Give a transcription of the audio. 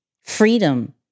freedom